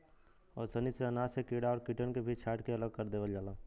ओसैनी से अनाज से कीड़ा और कीटन के भी छांट के अलग कर देवल जाला